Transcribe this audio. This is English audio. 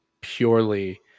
Purely